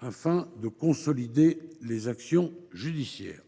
afin de consolider les actions judiciaires.